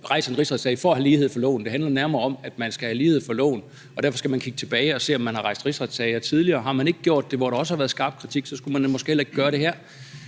rejser en rigsretssag for at have lighed for loven. Det handler nærmere om, at man skal have lighed for loven, og derfor skal man kigge tilbage og se, om man har rejst rigsretssager tidligere. Har man ikke gjort det, hvor der også har været skarp kritik, så skulle man måske heller ikke gøre det her.